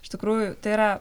iš tikrųjų tai yra